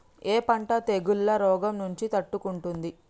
ఏ పంట తెగుళ్ల రోగం నుంచి తట్టుకుంటుంది?